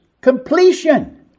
completion